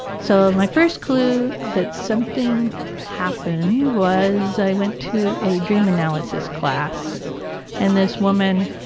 so, my first clue that something happened was i went to a dream analysis class and this woman,